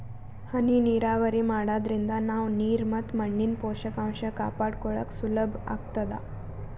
ಹನಿ ನೀರಾವರಿ ಮಾಡಾದ್ರಿಂದ ನಾವ್ ನೀರ್ ಮತ್ ಮಣ್ಣಿನ್ ಪೋಷಕಾಂಷ ಕಾಪಾಡ್ಕೋಳಕ್ ಸುಲಭ್ ಆಗ್ತದಾ